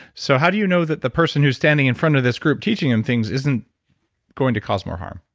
so, how do you know that the person who's standing in front of this group teaching them things isn't going to cause more harm?